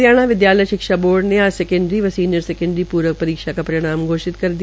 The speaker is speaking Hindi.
हरियाणा विद्यालय शिक्षा बोर्ड ने आज सेकेंडरी व सीनियर सेकेंडरी प्रक परीक्षा का परिणाम घोषित कर दिया